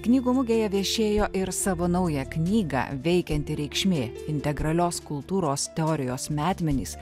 knygų mugėje viešėjo ir savo naują knygą veikianti reikšmė integralios kultūros teorijos metmenis